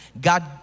God